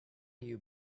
you